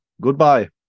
Goodbye